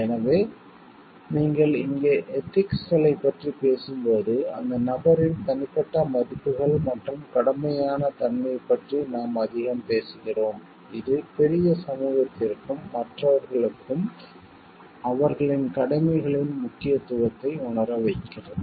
எனவே நீங்கள் இங்கே எதிக்ஸ்களைப் பற்றி பேசும்போது அந்த நபரின் தனிப்பட்ட மதிப்புகள் மற்றும் கடமையான தன்மை பற்றி நாம் அதிகம் பேசுகிறோம் இது பெரிய சமூகத்திற்கும் மற்றவர்களுக்கும் அவர்களின் கடமைகளின் முக்கியத்துவத்தை உணர வைக்கிறது